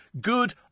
Good